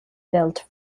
built